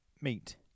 Meet